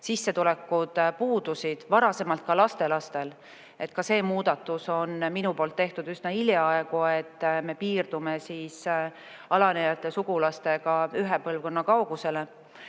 sissetulekud puudusid, varasemalt ka lastelastel – see muudatus on minu poolt tehtud üsna hiljaaegu, et me piirdume alanejate sugulaste puhul ühe põlvkonnaga